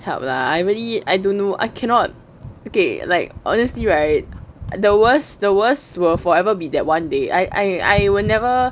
help lah I really I don't know I cannot okay like honestly right the worst the worst will forever be that one day I I will never